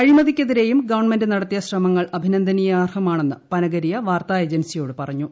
അഴിമതിയ്ക്കെതിരെയും government നടത്തിയ ശ്രമങ്ങൾ അഭിനന്ദനീയമാണെന്നും പനഗിരിയ വാർത്താ ഏജൻസിയോട് പറഞ്ഞു